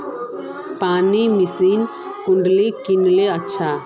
पानी मशीन कुंडा किनले अच्छा?